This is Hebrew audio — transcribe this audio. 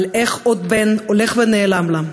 על איך עוד בן הולך ונעלם לה,